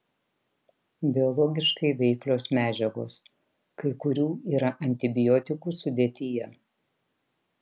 biologiškai veiklios medžiagos kai kurių yra antibiotikų sudėtyje